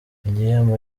igihembo